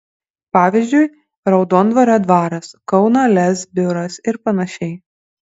pavyzdžiui raudondvario dvaras kauno lez biuras ir panašiai